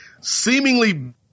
seemingly